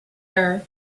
are